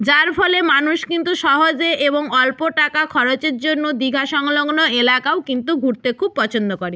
যার ফলে মানুষ কিন্তু সহজে এবং অল্প টাকা খরচের জন্য দীঘা সংলগ্ন এলাকাও কিন্তু ঘুরতে খুব পছন্দ করে